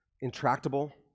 intractable